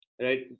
Right